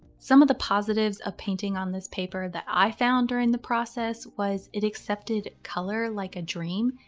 some of the positives of painting on this paper that i found during the process was it accepted color like a dream.